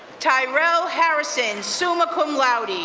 tyrell harrison, summa cum laude,